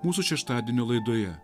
mūsų šeštadienio laidoje